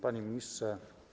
Panie Ministrze!